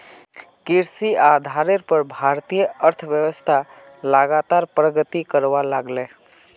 कृषि आधारेर पोर भारतीय अर्थ्वैव्स्था लगातार प्रगति करवा लागले